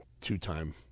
two-time